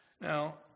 Now